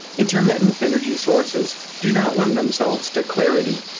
intermittent energy sources do not lend themselves to clarity.